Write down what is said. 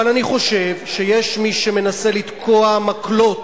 אבל אני חושב שיש מי שמנסה לתקוע מקלות